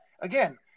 Again